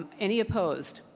um any opposed?